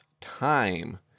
time